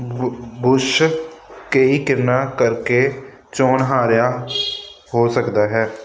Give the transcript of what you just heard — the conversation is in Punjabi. ਬ ਬੁਸ਼ ਕਈ ਕਾਰਨਾਂ ਕਰਕੇ ਚੋਣ ਹਾਰਿਆ ਹੋ ਸਕਦਾ ਹੈ